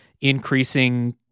increasing